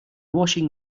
washing